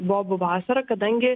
bobų vasara kadangi